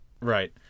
Right